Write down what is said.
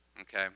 Okay